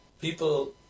people